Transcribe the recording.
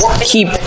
keep